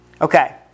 Okay